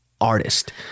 artist